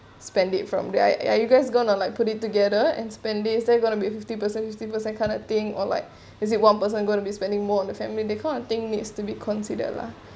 spend it from the I I you guys gonna like put it together and spend it then you gonna be fifty percent fifty percent kind of thing or like is it one person going to be spending more on the family that kind of thing needs to be considered lah